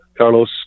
Carlos